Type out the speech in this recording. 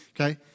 Okay